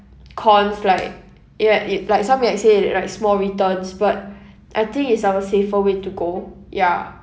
cons like ya it like some will like say it like small returns but I think is um a safer to go ya